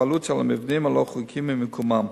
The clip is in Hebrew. הבעלות על המבנים הלא-חוקיים ומקומם.